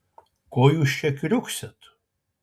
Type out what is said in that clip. ko jūs čia kriuksit